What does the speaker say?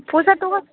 पस्टआथ'